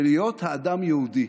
של היות האדם יהודי.